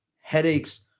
headaches